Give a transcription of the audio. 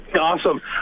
Awesome